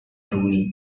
rooney